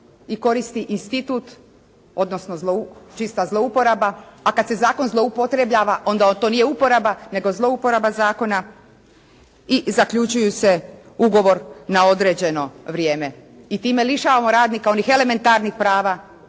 i koristi institut, odnosno čista zlouporaba, a kad se zakon zloupotrebljava onda to nije uporaba nego zlouporaba zakona i zaključuju se ugovor na određeno vrijeme i time lišavamo radnika onih elementarnih prava